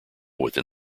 within